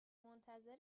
منتظر